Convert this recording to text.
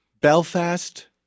Belfast